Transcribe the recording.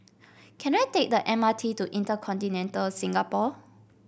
can I take the M R T to InterContinental Singapore